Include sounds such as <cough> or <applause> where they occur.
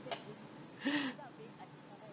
<laughs>